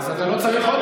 אז אתה לא צריך עוד